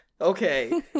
okay